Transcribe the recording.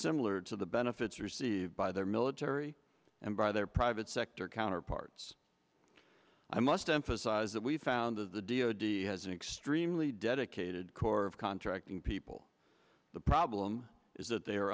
similar to the benefits received by their military and by their private sector counterparts i must emphasize that we've found that the d o d has an extremely dedicated corps of contracting people the problem is that they